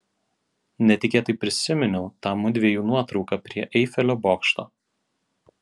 netikėtai prisiminiau tą mudviejų nuotrauką prie eifelio bokšto